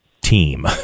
team